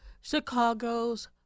Chicago's